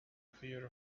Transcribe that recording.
fear